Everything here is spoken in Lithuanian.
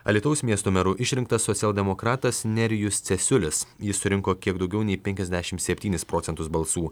alytaus miesto meru išrinktas socialdemokratas nerijus cesiulis jis surinko kiek daugiau nei penkiasdešim septynis procentus balsų